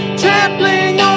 trampling